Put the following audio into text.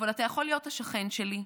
אבל אתה יכול להיות השכן שלי,